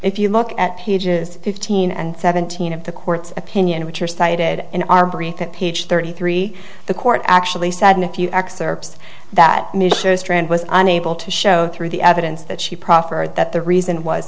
if you look at pages fifteen and seventeen of the court's opinion which are cited in our brief that page thirty three the court actually said in a few excerpts that it was unable to show through the evidence that she proffered that the reason was